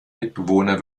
mitbewohner